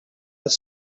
that